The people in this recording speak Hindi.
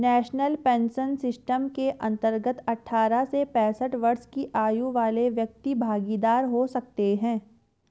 नेशनल पेंशन सिस्टम के अंतर्गत अठारह से पैंसठ वर्ष की आयु वाले व्यक्ति भागीदार हो सकते हैं